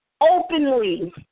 openly